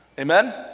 Amen